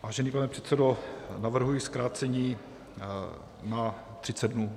Vážený pane předsedo, navrhuji zkrácení na třicet dnů.